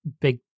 big